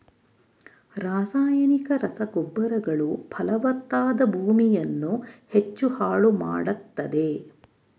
ರಾಸಾಯನಿಕ ರಸಗೊಬ್ಬರಗಳು ಫಲವತ್ತಾದ ಭೂಮಿಯನ್ನು ಹೆಚ್ಚು ಹಾಳು ಮಾಡತ್ತದೆ